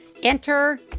Enter